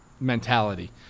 mentality